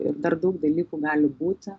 ir dar daug dalykų gali būti